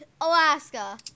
Alaska